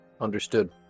Understood